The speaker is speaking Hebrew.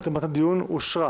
הקדמת הדיון אושרה.